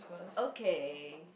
okay